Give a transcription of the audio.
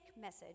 message